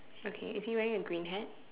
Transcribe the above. okay is he wearing a green hat